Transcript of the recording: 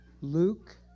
Luke